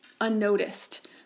unnoticed